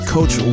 Coach